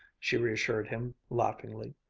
she reassured him laughingly.